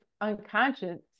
unconscious